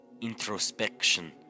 introspection